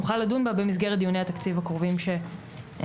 נוכל לדון בה במסגרת דיוני התקציב הקרובים שיהיו.